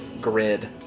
grid